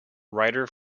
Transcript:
writer